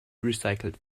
recycelt